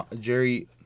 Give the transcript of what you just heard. Jerry